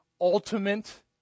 ultimate